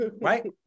right